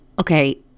Okay